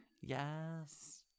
Yes